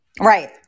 Right